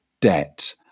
debt